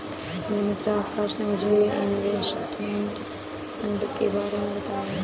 मेरे मित्र आकाश ने मुझे इनवेस्टमेंट फंड के बारे मे बताया